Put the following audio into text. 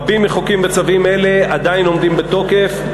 רבים מחוקים וצווים אלה עדיין עומדים בתוקף,